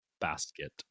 basket